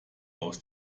aus